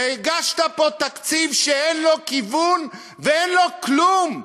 והגשת פה תקציב שאין לו כיוון ואין לו כלום.